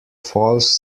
false